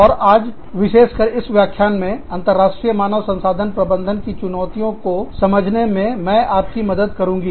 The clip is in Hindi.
और आज विशेष कर इस व्याख्यान में अंतरराष्ट्रीय मानव संसाधन प्रबंधन की चुनौतियों को समझने में मैं आपकी मदद करूंगी